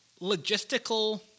logistical